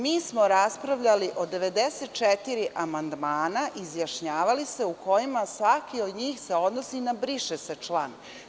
Mi smo raspravljali o 94 amandmana, izjašnjavali se, u kojima se svaki od njih odnosi na briše se član.